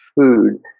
food